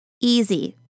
easy